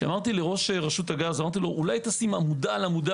אמרתי לראש רשות הגז: אולי תשים עמודה על עמודה